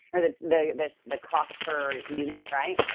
or that's the the cost per unit, right?